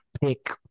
pick